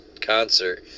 concert